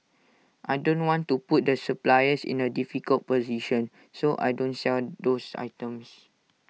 I don't want to put the suppliers in A difficult position so I don't sell those items